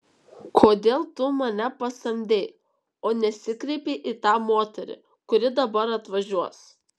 kodėl tu mane pasamdei o nesikreipei į tą moterį kuri dabar atvažiuos